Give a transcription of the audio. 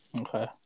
Okay